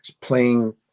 playing